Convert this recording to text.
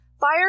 Fire